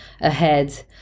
ahead